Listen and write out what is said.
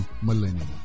millennium